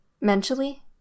Mentally